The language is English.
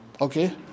Okay